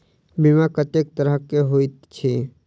बीमा कत्तेक तरह कऽ होइत छी?